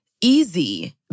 easy